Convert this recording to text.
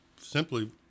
simply